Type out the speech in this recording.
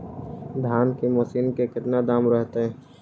धान की मशीन के कितना दाम रहतय?